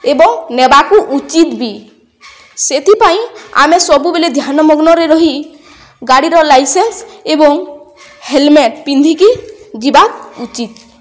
ଏବଂ ନେବାକୁ ଉଚିତ୍ ବି ସେଥିପାଇଁ ଆମେ ସବୁବେଲେ ଧ୍ୟାନମଗ୍ନରେ ରହି ଗାଡ଼ିର ଲାଇସେନ୍ସ ଏବଂ ହେଲମେଟ ପିନ୍ଧିକି ଯିବା ଉଚିତ୍